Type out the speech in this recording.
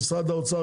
הזמן שלה יקר.